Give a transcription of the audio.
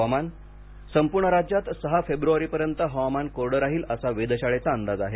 हवामान संपूर्ण राज्यात सहा फेब्रुवारीपर्यंत हवामान कोरडं राहील असा वेधशाळेचा अंदाज आहे